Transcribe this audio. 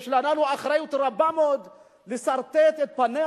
יש לנו אחריות רבה מאוד לסרטט את פניה